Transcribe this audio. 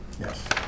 Yes